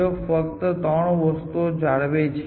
તે ફક્ત આ 3 વસ્તુઓ જાળવે છે